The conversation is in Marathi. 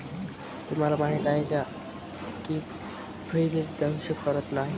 तुम्हाला माहीत आहे का की फ्रीबीज दंश करत नाही